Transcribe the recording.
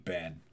Ben